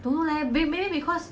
don't know leh maybe because